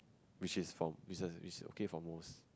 which is from which is which is okay for most